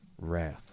wrath